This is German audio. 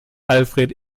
alfred